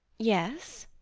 yes.